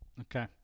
okay